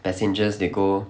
passengers they go